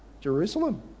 Jerusalem